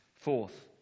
fourth